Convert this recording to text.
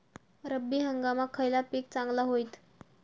रब्बी हंगामाक खयला पीक चांगला होईत?